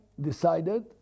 decided